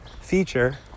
feature